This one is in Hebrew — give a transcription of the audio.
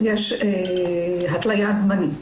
יש התלייה זמנית.